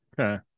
Okay